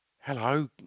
Hello